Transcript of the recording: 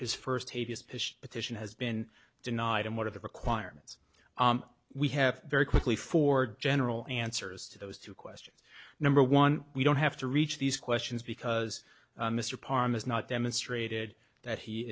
his first petition has been denied and one of the requirements we have very quickly for general answers to those two questions number one we don't have to reach these questions because mr parm is not demonstrated that he